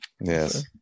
yes